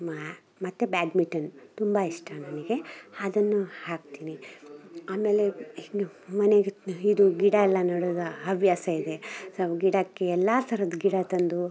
ಮಾ ಮತ್ತು ಬ್ಯಾಡ್ಮಿಟನ್ ತುಂಬ ಇಷ್ಟ ನನಗೆ ಅದನ್ನು ಹಾಕ್ತೀನಿ ಆಮೇಲೆ ಏನು ಮನೆಗಿದನ್ನ ಇದು ಗಿಡ ಎಲ್ಲ ನೆಡೋದು ಹವ್ಯಾಸವಿದೆ ಸವ್ ಗಿಡಕ್ಕೆ ಎಲ್ಲ ಥರದ್ದು ಗಿಡ ತಂದು